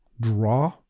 draw